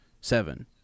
seven